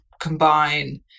combine